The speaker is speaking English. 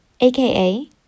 aka